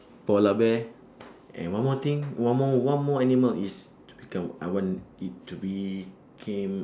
polar bear and one more thing one more one more animal is to become I want it to became